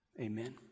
amen